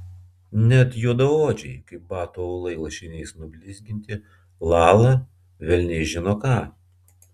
net juodaodžiai kaip batų aulai lašiniais nublizginti lala velniai žino ką